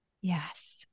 Yes